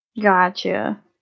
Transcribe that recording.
Gotcha